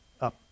up